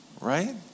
right